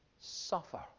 suffer